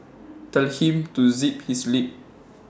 tell him to zip his lip